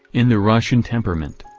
in the russian temperament.